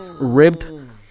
ribbed